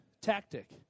tactic